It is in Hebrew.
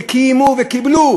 וקיימו וקיבלו